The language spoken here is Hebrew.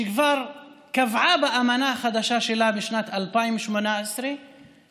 שכבר קבעה באמנה החדשה שלה בשנת 2018 שהפתרון